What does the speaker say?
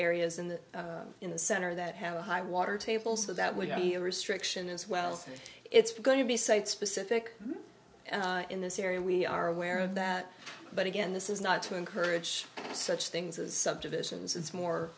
areas in the in the center that have a high water table so that would be a restriction as well it's going to be site specific in this area we are aware of that but again this is not to encourage such things as subdivisions it's more